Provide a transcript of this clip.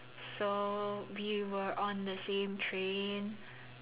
so we were on the same train